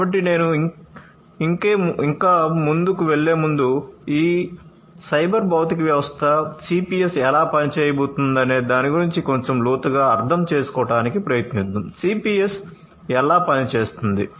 కాబట్టి నేను ఇంకేముందు వెళ్ళేముందు ఈ సైబర్ భౌతిక వ్యవస్థ సిపిఎస్ ఎలా పని చేయబోతుందనే దాని గురించి కొంచెం లోతుగా అర్థం చేసుకోవడానికి ప్రయత్నిద్దాం CPS ఎలా పని చేస్తుంది